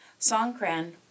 Songkran